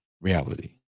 reality